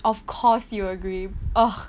of course you agree ugh